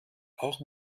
auch